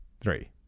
three